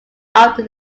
after